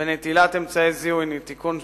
ונטילת אמצעי זיהוי) (תיקון מס'